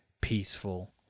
peaceful